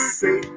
say